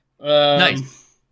Nice